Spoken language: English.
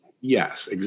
Yes